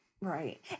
right